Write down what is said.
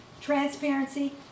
Transparency